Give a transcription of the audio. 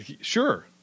sure